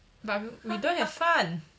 but we we don't have 饭